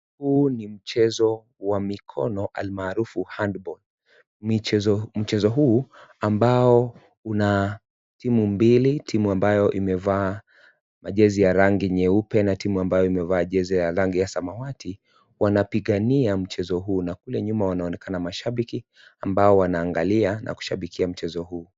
Huu ni mchezo wa mikono almarufu handball michezo huu ambao una timu mbili, timu ambayo imevaa majezi ya rangi nyeupe na timu ambayo imevaa jezi ya rangi ya samawati wanapigania mchezo huu na kule nyuma wanaonekana mashabiki ambao wanaangalia na kushabikia mchezo huu.